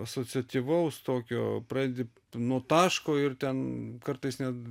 asociatyvaus tokio pradedi nuo taško ir ten kartais net